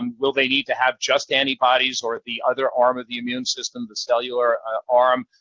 um will they need to have just antibodies or the other arm of the immune system, the cellular arm?